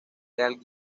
real